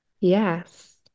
Yes